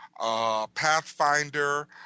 Pathfinder